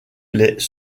les